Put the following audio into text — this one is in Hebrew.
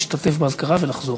להשתתף באזכרה ולחזור.